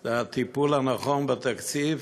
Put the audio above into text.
הוא הטיפול הנכון בתקציב